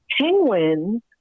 Penguins